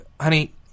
honey